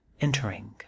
entering